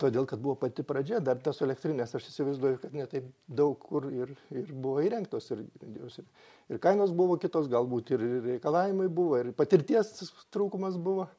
todėl kad buvo pati pradžia dar tos elektrinės aš įsivaizduoju kad ne taip daug kur ir ir buvo įrengtos ir jos ir ir kainos buvo kitos galbūt ir reikalavimai buvo ir patirties trūkumas buvo